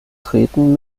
treten